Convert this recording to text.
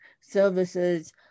Services